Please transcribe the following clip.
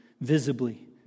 visibly